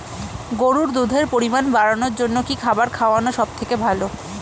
গরুর দুধের পরিমাণ বাড়ানোর জন্য কি খাবার খাওয়ানো সবথেকে ভালো?